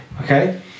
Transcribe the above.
Okay